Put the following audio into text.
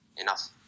enough